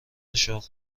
شغل